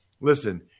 Listen